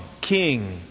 King